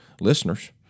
listeners